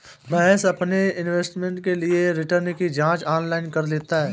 महेश अपने इन्वेस्टमेंट के लिए रिटर्न की जांच ऑनलाइन कर लेता है